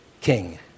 king